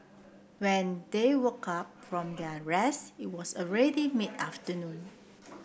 when they woke up from their rest it was already mid afternoon